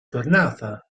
tornata